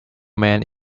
man